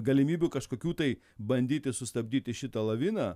galimybių kažkokių tai bandyti sustabdyti šitą laviną